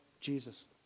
Jesus